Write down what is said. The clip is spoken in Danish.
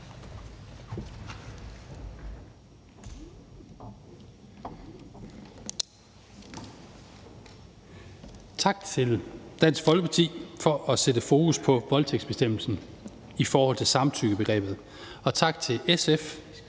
Tak til Dansk Folkeparti for at sætte fokus på voldtægtsbestemmelsen i forhold til samtykkebegrebet, og tak til SF